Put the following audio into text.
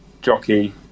jockey